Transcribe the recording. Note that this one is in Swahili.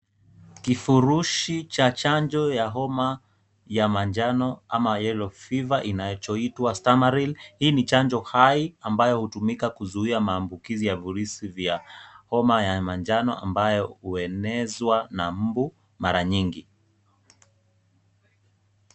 Kifurushi cha chanjo ya homa ya manjano ama yellow fever inayoitwa Stamaril. Hii ni chanjo hai ambayo hutumika kuzuia maambukizi ya virusi vya homa ya manjano ambayo huenezwa na mbu mara nyingi.